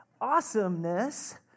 Awesomeness